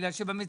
בגלל שבמציאות,